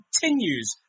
continues